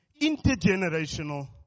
intergenerational